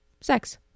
Sex